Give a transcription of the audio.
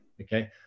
Okay